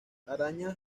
arañas